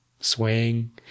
swaying